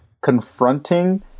confronting